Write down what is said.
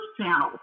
channels